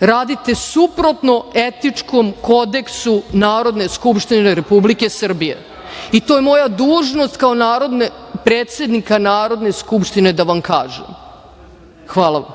radite suprotno etičkom kodeksu Narodne skupštine Republike Srbije i to je moja dužnost kao predsednika Narodne skupštine da vam kažem. Hvala vam.